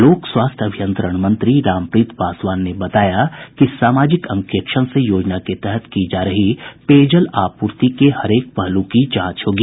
लोक स्वास्थ्य अभियंत्रण मंत्री रामप्रीत पासवान ने बताया कि सामाजिक अंकेक्षण से योजना के तहत की जा रही पेयजल आपूर्ति के हरेक पहलू की जांच होगी